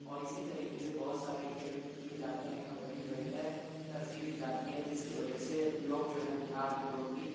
اور اسی طریقے سے بہت سارے کھیل کیے جاتے ہیں کبڈی وغیرہ ترجیح دی جاتی ہے جس کی وجہ سے لوگ جو ہیں بہار کے لوگ بھی